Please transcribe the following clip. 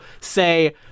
say